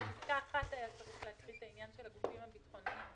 בפסקה (1) היה צריך לקרוא את העניין של הגופים הביטחוניים.